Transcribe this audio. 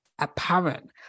apparent